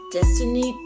Destiny